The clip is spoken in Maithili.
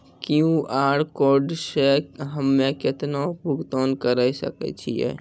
क्यू.आर कोड से हम्मय केतना भुगतान करे सके छियै?